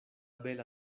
bela